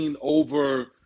over